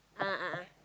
a'ah a'ah